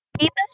People